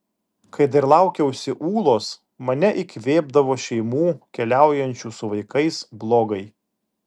kai dar laukiausi ūlos mane įkvėpdavo šeimų keliaujančių su vaikais blogai